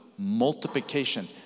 multiplication